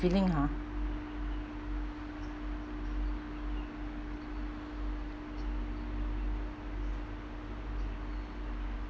feeling ha